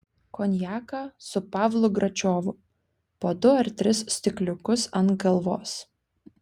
konjaką su pavlu gračiovu po du ar tris stikliukus ant galvos